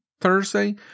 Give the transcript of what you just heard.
Thursday